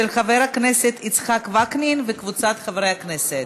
של חבר הכנסת יצחק וקנין וקבוצת חברי הכנסת.